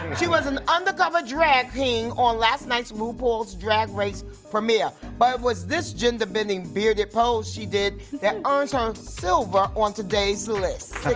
she was an undercover drag king on last night's mu paul's drag race premiere but was this gender-bending beard opposed? she did that earns her silver on today's list.